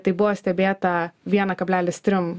tai buvo stebėta vieną kablelis trim